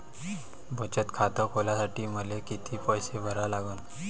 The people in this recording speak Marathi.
बचत खात खोलासाठी मले किती पैसे भरा लागन?